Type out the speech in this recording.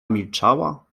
milczała